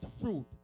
fruit